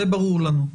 זה ברור לנו.